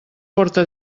porta